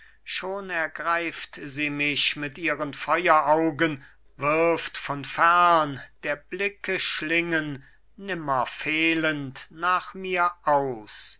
schon ergreift sie mich mit ihren feueraugen wirft von fern der blicke schlingen nimmer fehlend nach mir aus